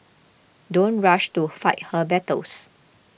don't rush to fight her battles